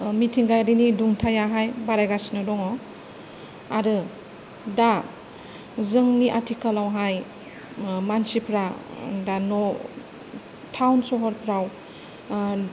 मिथिंगायारिनि दुंथायाहाय बारायगासिनो दङ आरो दा जोंनि आथिखालावहाय मानसिफोरा दा न' टाउन सहरफोराव